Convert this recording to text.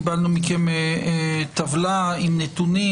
קיבלנו מכם טבלה עם נתונים.